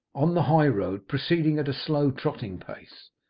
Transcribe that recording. on the high road, proceeding at a slow trotting pace.